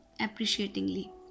appreciatingly